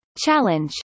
Challenge